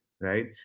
right